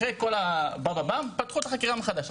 אחרי כל הבאם באם פתחו את החקירה מחדש,